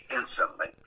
instantly